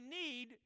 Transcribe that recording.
need